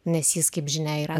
nes jis kaip žinia yra